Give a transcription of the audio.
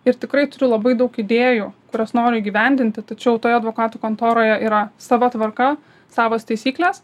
ir tikrai turiu labai daug idėjų kurias nori įgyvendinti tačiau toje advokatų kontoroje yra sava tvarka savos taisyklės